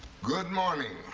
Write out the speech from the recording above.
good morning.